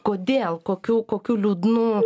kodėl kokių kokiu liūdnu